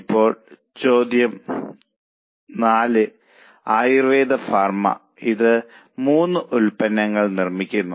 ഇപ്പോൾ ചോദ്യം 4 കേസ് 4 ആയുർ ഫാർമ 3 ഉൽപ്പന്നങ്ങൾ നിർമ്മിക്കുന്നു